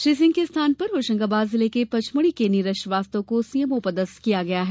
श्री सिंह के स्थान पर होशंगाबाद जिले के पचमढ़ी के नीरज श्रीवास्तव को सीएमओ पदस्थ किया गया है